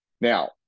Now